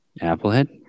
Applehead